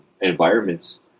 environments